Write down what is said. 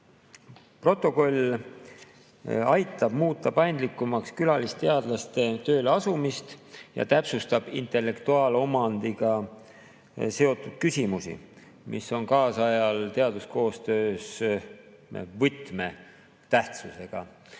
Protokoll aitab muuta paindlikumaks külalisteadlaste tööleasumist ja täpsustab intellektuaalomandiga seotud küsimusi, mis on kaasajal teaduskoostöös võtmetähtsusega.